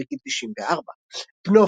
בגיל 94. בנו,